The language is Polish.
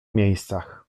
miejscach